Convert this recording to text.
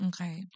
Okay